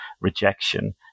rejection